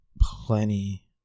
plenty